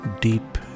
deep